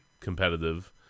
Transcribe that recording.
competitive